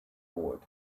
board